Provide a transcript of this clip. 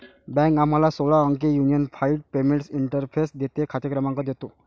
bank आम्हाला सोळा अंकी युनिफाइड पेमेंट्स इंटरफेस देते, खाते क्रमांक देतो